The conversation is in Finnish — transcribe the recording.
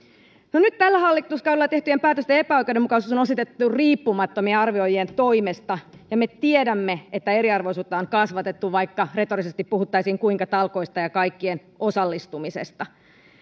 nyt tällä hallituskaudella tehtyjen päätösten epäoikeudenmukaisuus on osoitettu riippumattomien arvioijien toimesta ja me tiedämme että eriarvoisuutta on kasvatettu vaikka retorisesti kuinka puhuttaisiin talkoista ja kaikkien osallistumisesta